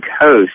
coast